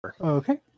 Okay